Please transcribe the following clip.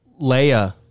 Leia